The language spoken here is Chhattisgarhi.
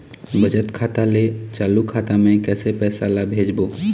बचत खाता ले चालू खाता मे कैसे पैसा ला भेजबो?